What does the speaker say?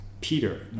Peter